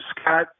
Scott